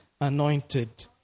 anointed